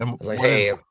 Hey